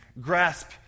grasp